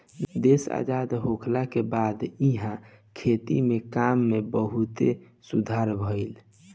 देश आजाद होखला के बाद इहा खेती के काम में बहुते सुधार भईल